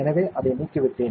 எனவே அதை நீக்கிவிட்டேன்